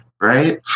Right